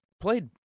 played